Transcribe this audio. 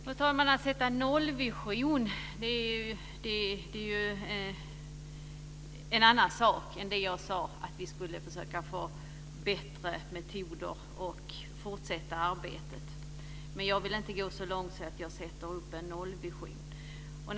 Fru talman! Att sätta upp en nollvision är ju en annan sak än det som jag sade om att vi skulle försöka få bättre metoder och fortsätta arbetet, men jag vill inte gå så långt att jag sätter upp en nollvision.